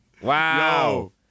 Wow